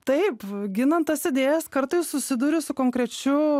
taip ginant tas idėjas kartais susiduriu su konkrečiu